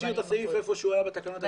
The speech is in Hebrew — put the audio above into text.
להשאיר את הסעיף איפה שהוא היה בתקנות הישנות.